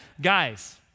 Guys